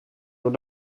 door